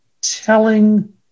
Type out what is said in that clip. telling